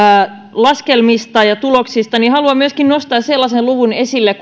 laskelmista ja tuloksista niin haluan nostaa myöskin sellaisen luvun esille